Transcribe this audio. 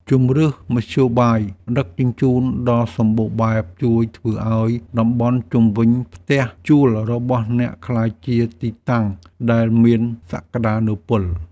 ជម្រើសមធ្យោបាយដឹកជញ្ជូនដ៏សម្បូរបែបជួយធ្វើឱ្យតំបន់ជុំវិញផ្ទះជួលរបស់អ្នកក្លាយជាទីតាំងដែលមានសក្តានុពល។